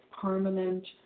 permanent